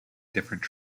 different